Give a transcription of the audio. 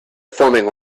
forming